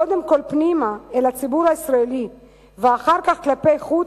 קודם כול פנימה אל הציבור הישראלי ואחר כך כלפי חוץ,